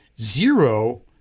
zero